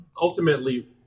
ultimately